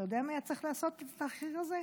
אתה יודע מי היה צריך לעשות את התחקיר הזה?